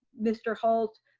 mr. halt